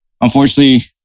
Unfortunately